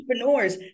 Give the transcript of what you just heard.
entrepreneurs